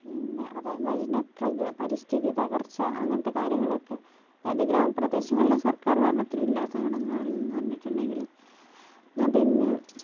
പിന്നെ അത് എന്താണെന്ന് വച്ചിട്ടുണ്ടെങ്കിൽ പരിസ്ഥിതിത്തകർച്ച അങ്ങനത്തെ കാര്യങ്ങളൊക്കെ അതായത് ഗ്രാമ പ്രദേശങ്ങളിൽ സർക്കാർ ഭരണത്തിൽ ഇല്ലാത്ത ഘടകങ്ങൾ എന്നു പറഞ്ഞിട്ടുണ്ടെങ്കിൽ എന്നാൽ പിന്നെ